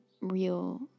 real